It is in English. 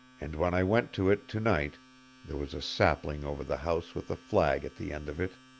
and when i went to it to-night there was a sapling over the house with a flag at the end of it.